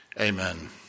Amen